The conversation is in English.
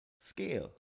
scale